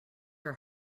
are